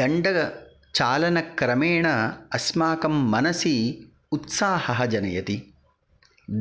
दण्डचालनक्रमेण अस्माकं मनसि उत्साहः जनयति